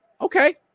Okay